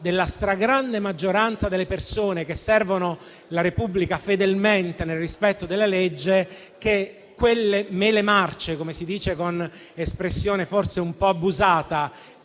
della stragrande maggioranza delle persone che servono la Repubblica fedelmente e nel rispetto della legge, che a simili mele marce - come si dice con un'espressione forse un po' abusata